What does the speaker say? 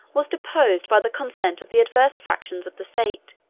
was deposed by the consent of the adverse factions of the state.